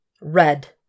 Red